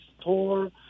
store